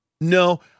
no